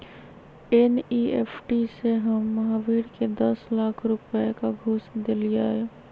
NEFT से हम महावीर के दस लाख रुपए का घुस देलीअई